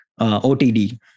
OTD